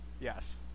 Yes